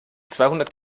zweihundert